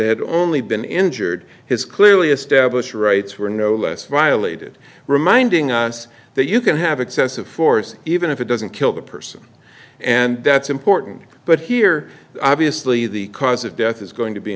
it only been injured his clearly established rights were no less violated reminding us that you can have excessive force even if it doesn't kill the person and that's important but here obviously the cause of death is going to be